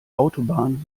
autobahn